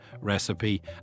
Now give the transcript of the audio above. recipe